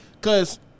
Cause